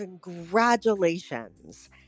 Congratulations